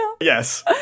Yes